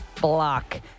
Block